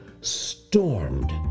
stormed